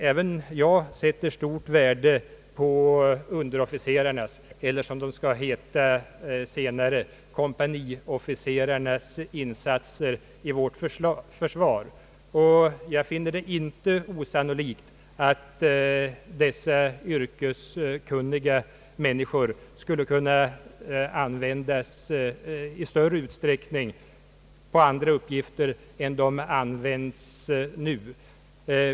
även jag sätter stort värde på underofficerarnas — eller kompaniofficerarnas, som de senare skall heta — insatser i vårt försvar och finner det inte osannolikt att dessa yrkeskunniga människor skulle kunna användas för andra uppgifter än nu.